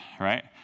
right